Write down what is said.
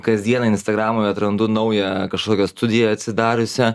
kasdieną instagramoj atrandu naują kažkokią studiją atsidariusią